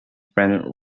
friends